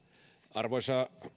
arvoisa